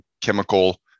chemical